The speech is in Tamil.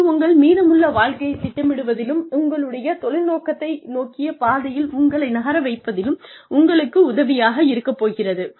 இது உங்கள் மீதமுள்ள வாழ்க்கையைத் திட்டமிடுவதிலும் உங்களுடைய தொழில் நோக்கத்தை நோக்கிய பாதையில் உங்களை நகர வைப்பதிலும் உங்களுக்கு உதவியாக இருக்கப் போகிறது